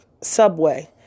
Subway